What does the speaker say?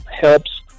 helps